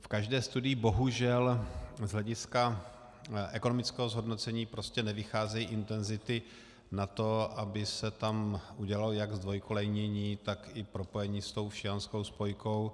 V každé studii bohužel z hlediska ekonomického zhodnocení prostě nevycházejí intenzity na to, aby se tam udělalo jak zdvojkolejnění, tak i propojení s tou všejanskou spojkou.